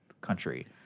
country